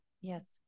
Yes